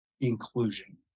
inclusion